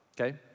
Okay